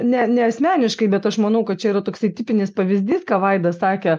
ne ne asmeniškai bet aš manau kad čia yra toksai tipinis pavyzdys ką vaidas sakė